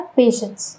patience